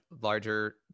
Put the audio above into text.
larger